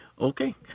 Okay